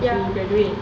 you graduate